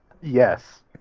Yes